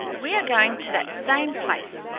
we are going to that same place,